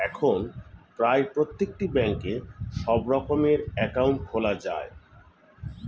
এখন প্রায় প্রত্যেকটি ব্যাঙ্কে সব রকমের অ্যাকাউন্ট খোলা যায়